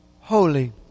holy